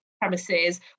premises